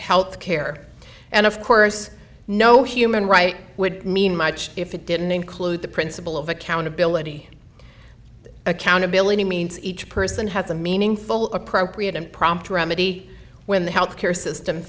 health care and of course no human rights would mean much if it didn't include the principle of accountability accountability means each person has a meaningful appropriate and prompt remedy when the health care system